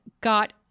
got